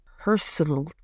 personal